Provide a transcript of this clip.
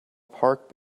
park